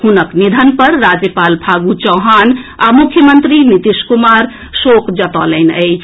हुनक निधन पर राज्यपाल फागू चौहान आ मुख्यमंत्री नीतीश कुमार शोक जतौलनि अछि